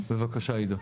בבקשה, עידו.